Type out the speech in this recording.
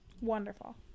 Wonderful